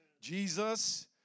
Jesus